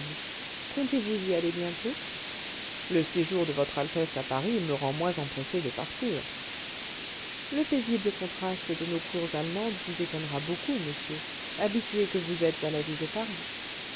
comptez-vous y aller bientôt le séjour de votre altesse à paris me rend moins empressé de partir le paisible contraste de nos cours allemandes vous étonnera beaucoup monsieur habitué que vous êtes à la vie de paris